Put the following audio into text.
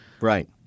Right